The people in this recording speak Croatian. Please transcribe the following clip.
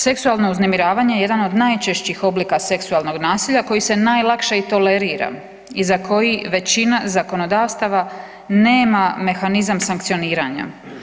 Seksualno uznemiravanje je jedan od najčešćih oblika seksualnog nasilja koji se najlakše i tolerira i za koji većina zakonodavstava nema mehanizam sankcioniranja.